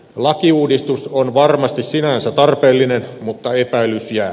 lakiuudistus on varmasti sinänsä tarpeellinen mutta epäilys jää